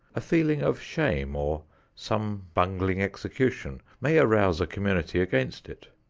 a feeling of shame or some bungling execution may arouse a community against it.